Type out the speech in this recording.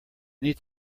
need